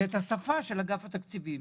וזה את השפה של אגף התקציבים.